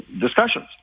discussions